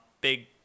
big